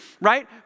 right